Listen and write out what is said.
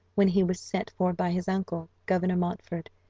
when he was sent for by his uncle, governor montford,